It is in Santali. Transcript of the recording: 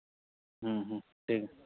ᱦᱮᱸ ᱦᱮᱸ ᱴᱷᱤᱠ ᱜᱮᱭᱟ